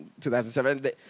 2007